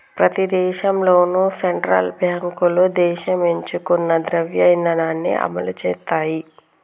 ప్రతి దేశంలోనూ సెంట్రల్ బ్యాంకులు దేశం ఎంచుకున్న ద్రవ్య ఇధానాన్ని అమలు చేత్తయ్